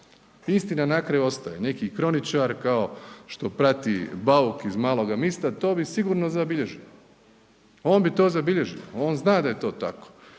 Istina na kraju ostane. Neki kroničar kao što prati bauk iz Maloga mista to bi sigurno zabilježio, on bi to zabilježio, on zna da je to tako